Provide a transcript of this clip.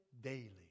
daily